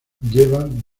llevan